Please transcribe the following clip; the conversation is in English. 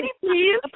please